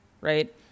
right